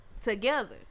Together